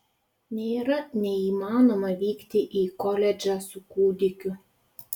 nėra neįmanoma vykti į koledžą su kūdikiu